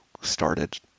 started